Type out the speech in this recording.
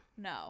No